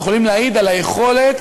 שיכולים להעיד על היכולת,